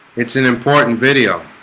it's an important video